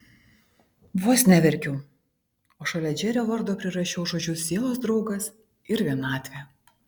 vos neverkiau o šalia džerio vardo prirašiau žodžius sielos draugas ir vienatvė